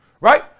Right